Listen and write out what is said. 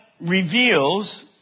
reveals